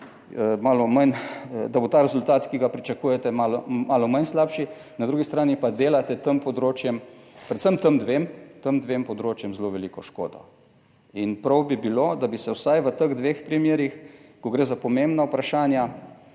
da bo ta rezultat, ki ga pričakujete, malo manj slabši. Na drugi strani pa delate tem področjem, predvsem tem dvema, tem dvema področjema zelo veliko škodo. In prav bi bilo, da bi se vsaj v teh dveh primerih, ko gre za pomembna vprašanja,